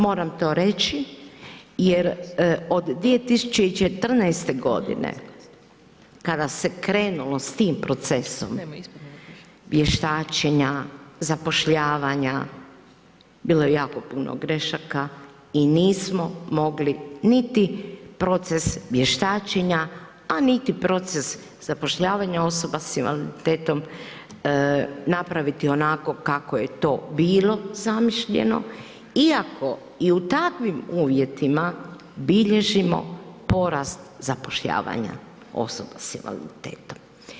Moram to reći jer od 2014. godine kada se krenulo s tim procesom vještačenja, zapošljavanja, bilo je jako puno grešaka i nismo mogli niti proces vještačenja, a niti proces zapošljavanja osoba s invaliditetom napraviti onako kako je to bilo zamišljeno, iako i u takvim uvjetima bilježimo porast zapošljavanja osoba s invaliditetom.